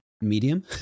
medium